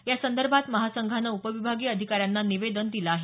यासंदर्भात महासंघानं उपविभागीय अधिकार्यांना निवेदन दिलं आहे